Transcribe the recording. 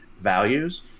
values